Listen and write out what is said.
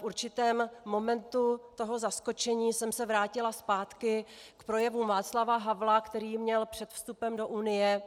V určitém momentu toho zaskočení jsem se vrátila zpátky k projevu Václava Havla, který měl před vstupem do Unie.